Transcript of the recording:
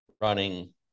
running